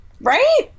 right